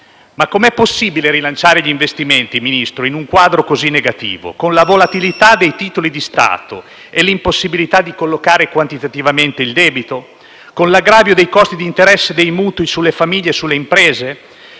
Ma com'è possibile rilanciare gli investimenti, Ministro, in un quadro così negativo, con la volatilità dei titoli di Stato e l'impossibilità di collocare quantitativamente il debito, con l'aggravio dei costi degli interessi dei mutui sulle famiglie e sulle imprese,